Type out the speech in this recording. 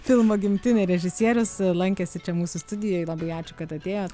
filmo gimtinė režisierius lankėsi čia mūsų studijoj labai ačiū kad atėjot